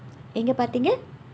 எங்க பார்த்தீங்க:engka paarththiingka